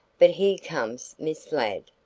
but here comes miss ladd.